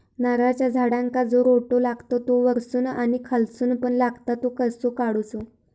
नारळाच्या झाडांका जो रोटो लागता तो वर्सून आणि खालसून पण लागता तो कसो काडूचो?